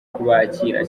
kubakira